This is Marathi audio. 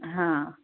हां